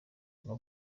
ryo